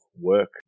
work